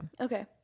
Okay